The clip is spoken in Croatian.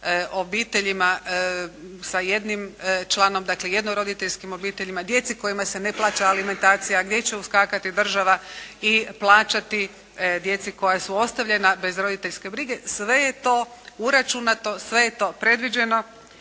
obiteljima sa jednim članom, dakle jednoroditeljskim obiteljima, djeci kojima se ne plaća alimentacija, gdje će uskakati država i plaćati djeci koja su ostavljena bez roditeljske brige. Sve je to uračunato, sve je to predviđeno,